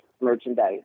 merchandise